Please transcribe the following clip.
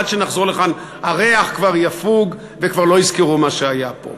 עד שנחזור לכאן הריח כבר יפוג וכבר לא יזכרו מה שהיה פה.